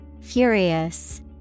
Furious